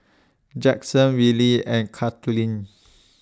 Jaxon Willy and Carlyn